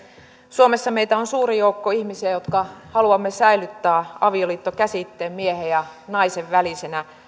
suomessa meitä on suuri joukko ihmisiä jotka haluamme säilyttää avioliittokäsitteen miehen ja naisen välisenä